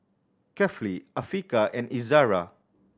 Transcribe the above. Kefli Afiqah and Izara